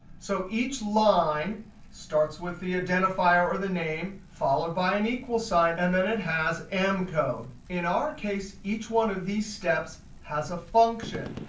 so each line starts with the identifier or the name followed by an equal sign, and then it has m code. in our case, each one of these steps has a function.